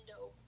No